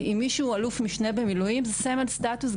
אם מישהו אלוף משנה במילואים זה סמל סטטוס,